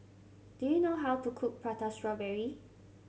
do you know how to cook Prata Strawberry